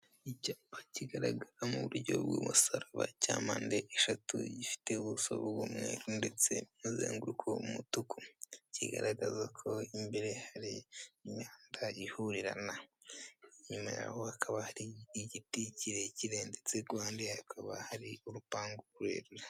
Icyapa kigaragaramo umusaraba cya mpande eshatu. Gifite ubuso bw'umweru n'umuzenguruko w'umutuku. Kigaragaza ko imbere hari imihanda ihurirana. Inyuma y'aho hakaba hari igiti kirekire ndetse ku ruhande hakaba hari urupangu rurerure.